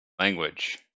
language